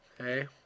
okay